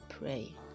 pray